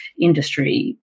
industry